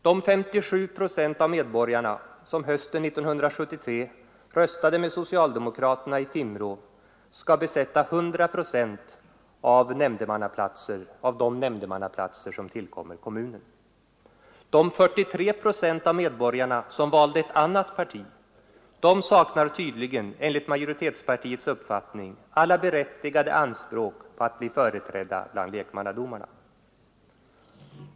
De 57 procent av medborgarna som hösten 1973 röstade med socialdemokraterna i Timrå skall besätta 100 procent av de nämndemannaplatser som tillkommer kommunen. De 43 procent av medborgarna, som valde ett annat parti, saknar tydligen enligt majoritetspartiets uppfattning alla berättigade anspråk på att bli företrädda bland lekmannadomarna.